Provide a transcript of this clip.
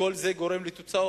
ולכל זה יש תוצאות,